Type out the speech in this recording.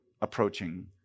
approaching